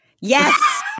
Yes